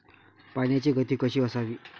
पाण्याची गती कशी असावी?